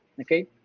okay